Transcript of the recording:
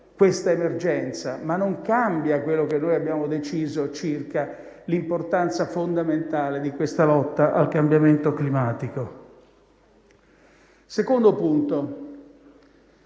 questa emergenza, ma non cambia quello che abbiamo deciso circa l'importanza fondamentale della lotta al cambiamento climatico. Quanto